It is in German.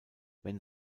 wenn